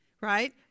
right